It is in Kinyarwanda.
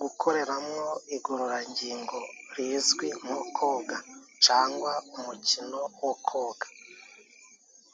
gukoreramwo igororangingo rizwi mu koga cangwa umukino wo koga.